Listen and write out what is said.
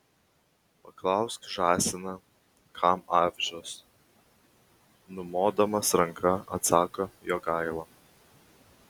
paklausk žąsiną kam avižos numodamas ranka atsako jogaila